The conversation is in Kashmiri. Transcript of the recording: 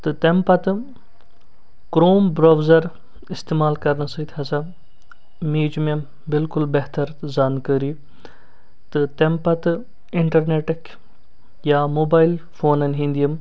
تہٕ تَمہِ پتہٕ کرٛوم برٛوزَر استعمال کرنہٕ سۭتۍ ہسا میجۍ مےٚ بلکل بہتر زانکٲری تہٕ تَمہِ پتہٕ اِنٹَرنیٚٹٕکۍ یا موبایِل فونَن ہنٛدۍ یِم